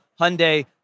Hyundai